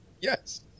Yes